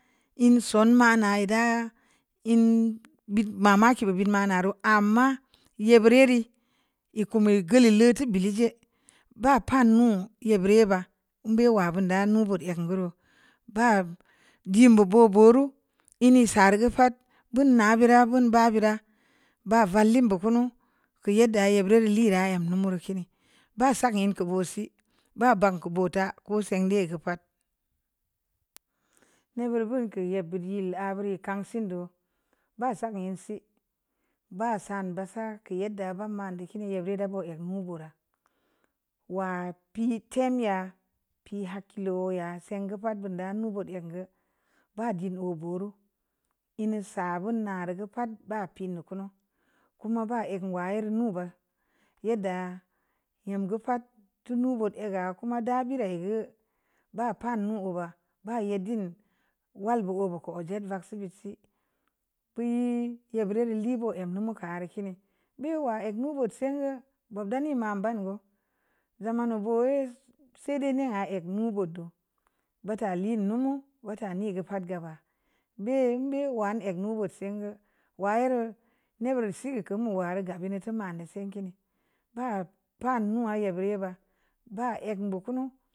In son ma na'a yēdda in bit mamaki bō bit ma nareu ama yē burē rii ek kumu gə lōkutē bii leē je' ba pan nu ye' bure bambeawa bun da nu bōt ngə reu, ba dun bōo bo bo rell hri sər gə pəl bun na bira bun ba bira ba valin bukun ko yeddə ye buri le' ra əm numu reu kiini ba sak in kubu si ba banku bōta ko sensndē gə pa'at ne' burii bon kə ye' buri re' abōo re' kan sindo' ba sagə ŋen si ba san ba sa ka yedda ban man dō kin yē bureu da bu ngə mugu ra wa pii tein ya pii hak kilō ya singə pa'at bunda mu bot ngə ba din a bu ru inu sa bun-na gurē pa'at ba pindu kunu koma ba ek ganeə wureu ba yedda yambō pa'at tunu bo'ot ə ga koma da bira reu ba paŋu oba ba yedin warr bō bō kō o' jet vaksi bit sii puye' ya bire bun le' bō əm numu kar kini bē wa'ek nu bōt sengə bob da ŋeŋ ma ban gə gamu nu boye' saide' ne'ah ek nu boddo bota hin nu mu bota nii gə pa'at gaba mbē bi wa ne eak ni bus sengə wa yē reu ne' bur' se gə kamu wara gabi ne' tō mandē sēnkii nii ba panu wa ye' bureu ba ba mbē kunu.